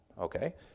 Okay